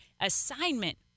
assignment